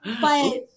but-